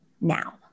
now